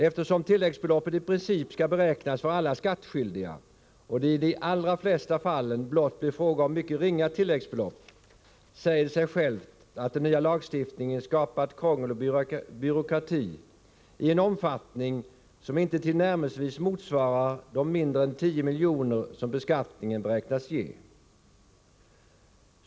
Eftersom tilläggsbeloppet i princip skall beräknas för alla skattskyldiga och det i de allra flesta fall blott blir fråga om mycket ringa tilläggsbelopp, säger det sig självt att den nya lagstiftningen skapat krångel och byråkrati i en omfattning som inte tillnärmelsevis motsvarar det belopp på mindre än 10 miljoner som beskattningen beräknas ge.